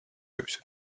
groups